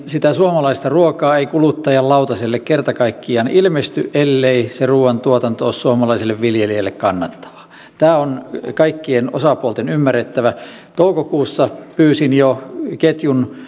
sitä suomalaista ruokaa ei kuluttajan lautaselle kerta kaikkiaan ilmesty ellei se ruuantuotanto ole suomalaiselle viljelijälle kannattavaa tämä on kaikkien osapuolten ymmärrettävä toukokuussa jo pyysin ketjun